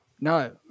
No